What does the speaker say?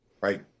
right